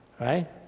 Right